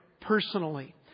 personally